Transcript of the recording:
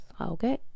Okay